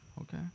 Okay